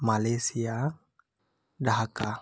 Malaysia Dhaka